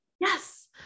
Yes